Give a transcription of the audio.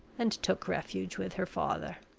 and took refuge with her father.